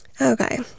Okay